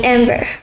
Amber